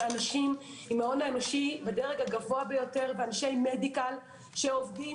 זה אנשים עם ההון האנושי בדרג הגבוה ביותר ואנשי מדיקל שעובדים